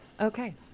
Okay